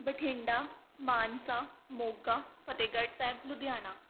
Bathinda Mansa Moga Fatehgarh Sahib Ludhiana